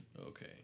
okay